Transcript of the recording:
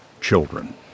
Children